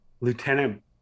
Lieutenant